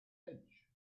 edge